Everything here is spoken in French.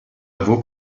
vaut